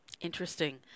Interesting